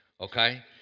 okay